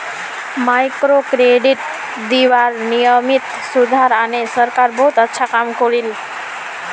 microcredit दीबार नियमत सुधार आने सरकार बहुत अच्छा काम कर ले